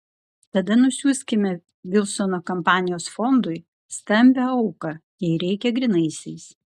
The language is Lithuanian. tada nusiųskime vilsono kampanijos fondui stambią auką jei reikia grynaisiais